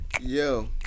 yo